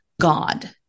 God